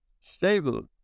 stable